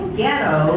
ghetto